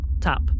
tap